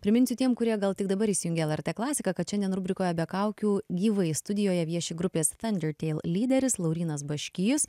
priminsiu tiem kurie gal tik dabar įsijungė lrt klasiką kad šiandien rubrikoje be kaukių gyvai studijoje vieši grupės thundertale lyderis laurynas baškys